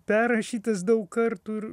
perrašytas daug kartų ir